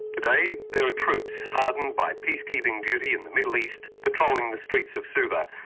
today, there are troops, hardened by peace-keeping duty in the middle east, patrolling the streets of suva,